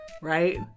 right